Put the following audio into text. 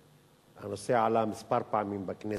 הנושא עלה כמה פעמים בכנסת,